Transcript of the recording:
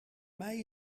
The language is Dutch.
mij